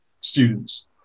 students